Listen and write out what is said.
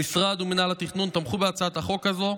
המשרד ומינהל התכנון תמכו בהצעת החוק הזו.